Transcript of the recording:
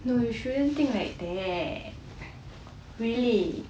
no you shouldn't think like that really not